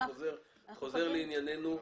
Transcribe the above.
אני חוזר לענייננו.